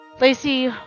Lacey